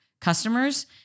customers